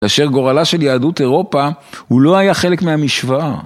אשר גורלה של יהדות אירופה הוא לא היה חלק מהמשוואה.